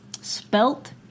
Spelt